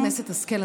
חברת הכנסת השכל,